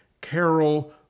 Carol